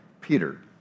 Peter